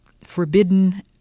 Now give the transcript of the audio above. forbidden